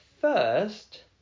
first